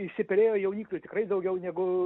išsiperėjo jaunikių tikrai daugiau negu